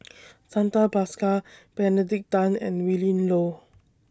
Santha Bhaskar Benedict Tan and Willin Low